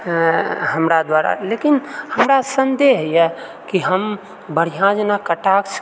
हमरा द्वारा लेकिन हमरा सन्देह यऽ कि हम बढ़िआँ जेना कटाक्ष